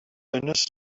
penes